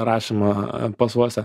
rašymą pasuose